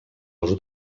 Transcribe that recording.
als